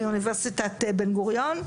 מאוניברסיטת בן גוריון.